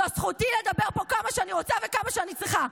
זו זכותי לדבר פה כמה שאני רוצה וכמה שאני צריכה,